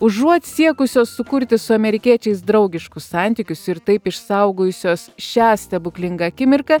užuot siekusios sukurti su amerikiečiais draugiškus santykius ir taip išsaugojusios šią stebuklingą akimirką